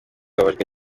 yababajwe